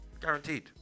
Guaranteed